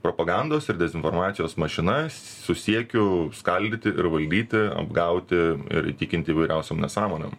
propagandos ir dezinformacijos mašina su siekiu skaldyti ir valdyti apgauti ir įtikinti įvairiausiom nesąmonėm